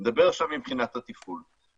נדבר עכשיו מבחינת התפעול.